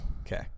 Okay